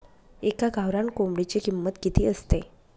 एका गावरान कोंबडीची किंमत किती असते?